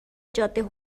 جاده